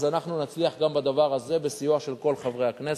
אז אנחנו נצליח גם בדבר הזה בסיוע של כל חברי הכנסת.